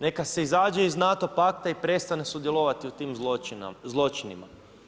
Neka se izađe iz NATO pakta i prestane sudjelovati u ti zločinima.